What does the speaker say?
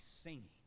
singing